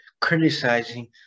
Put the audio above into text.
criticizing